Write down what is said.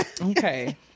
okay